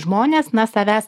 žmonės na savęs